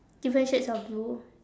different shades of blue